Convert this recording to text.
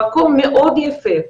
זה מקום מאוד יפה.